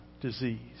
disease